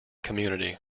community